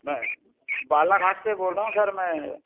मैं बालाघाट से बोल रहा हूँ सर मैं